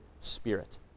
spirit